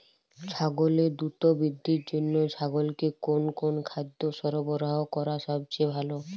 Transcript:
ছাগলের দ্রুত বৃদ্ধির জন্য ছাগলকে কোন কোন খাদ্য সরবরাহ করা সবচেয়ে ভালো?